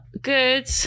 good